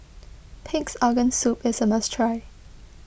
Pig's Organ Soup is a must try